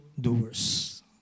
doers